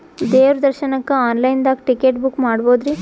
ದೇವ್ರ ದರ್ಶನಕ್ಕ online ದಾಗ ಟಿಕೆಟ ಬುಕ್ಕ ಮಾಡ್ಬೊದ್ರಿ?